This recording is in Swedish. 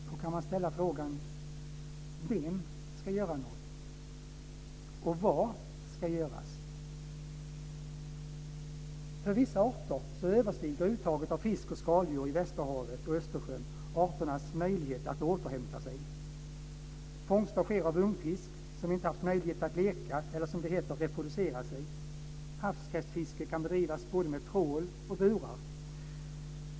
Då kan man ställa frågan: Vem ska göra något? För vissa arter överstiger uttaget av fisk och skaldjur i västerhavet och Östersjön arternas möjlighet att återhämta sig. Fångster sker av ungfisk som inte haft möjlighet att leka eller, som det heter, reproducera sig. Havskräftfiske kan bedrivas både med trål och burar.